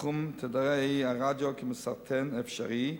בתחום תדרי הרדיו כמסרטן אפשרי,